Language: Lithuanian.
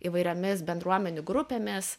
įvairiomis bendruomenių grupėmis